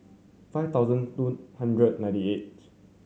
five thousand two hundred ninety eighth